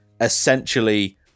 essentially